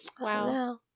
Wow